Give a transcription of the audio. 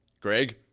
Greg